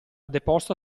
deposta